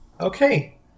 Okay